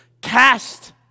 cast